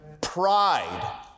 Pride